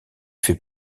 fait